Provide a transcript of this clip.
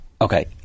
Okay